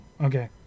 okay